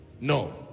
No